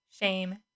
shame